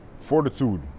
Fortitude